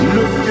Look